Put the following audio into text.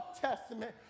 Testament